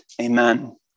Amen